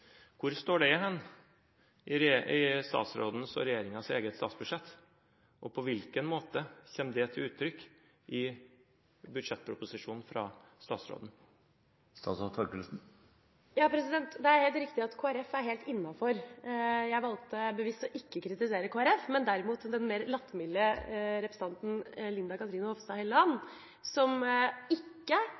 Hvor står det i statsrådens og regjeringens eget statsbudsjett, og på hvilken måte kommer det til uttrykk i budsjettproposisjonen fra statsråden? Det er helt riktig at Kristelig Folkeparti er helt innenfor. Jeg valgte bevisst ikke å kritisere Kristelig Folkeparti, men derimot den mer lattermilde representanten Linda C. Hofstad Helleland, som ikke